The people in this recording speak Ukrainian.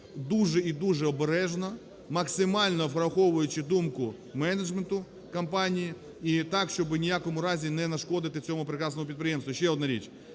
дуже і дуже обережно, максимально враховуючи думку менеджменту компанії, і так, щоби в ніякому разі не нашкодити цьому прекрасному підприємству. Ще одна річ.